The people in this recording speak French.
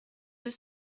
deux